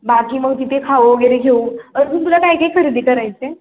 बाकी मग तिथे खाऊ वगैरे घेऊ अजून तुला काय काय खरेदी करायचं आहे